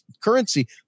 currency